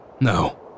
No